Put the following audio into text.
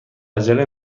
عجله